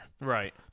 right